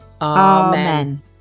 Amen